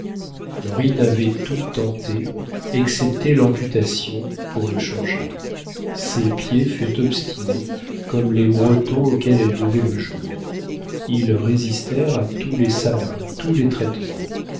florine avait tout tenté excepté l'amputation pour le changer ses pieds furent obstinés comme les bretons auxquels elle devait le jour ils résistèrent à tous les savants à tous les traitements